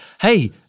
Hey